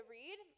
read